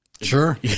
Sure